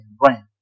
brain